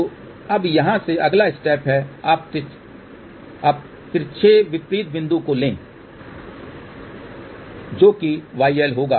तो अब यहां से अगला स्टेप है आप तिरछे विपरीत बिंदु को लें जो कि yL होगा